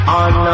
on